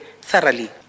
thoroughly